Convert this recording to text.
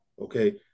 Okay